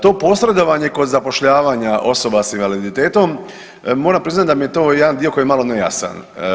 To posredovanje kod zapošljavanja osoba s invaliditetom moram priznati da mi je to jedan dio koji je malo nejasan.